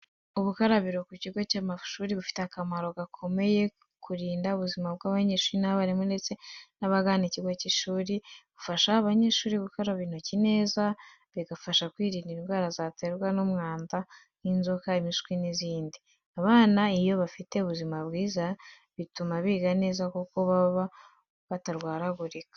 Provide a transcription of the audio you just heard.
Ubukarabiro ku kigo cy’amashuri bufite akamaro gakomeye mu kurinda ubuzima bw’abanyeshuri n’abarimu ndetse n'abagana ikigo cy'ishuri, bufasha abanyeshuri gukaraba intoki neza, bigafasha kwirinda indwara ziterwa n’umwanda nk’inzoka, impiswi n’izindi. Abana iyo bafite buzima bwiza bituma biga neza kuko baba batarwaragurika.